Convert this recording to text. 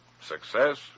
success